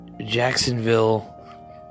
Jacksonville